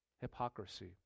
hypocrisy